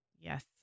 Yes